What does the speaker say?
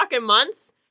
months